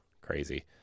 Crazy